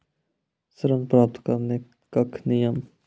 ऋण प्राप्त करने कख नियम?